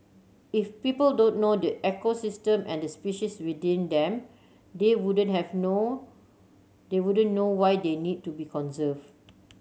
if people don't know the ecosystem and the species within them they wouldn't have know they wouldn't know why they need to be conserved